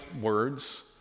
words